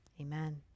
Amen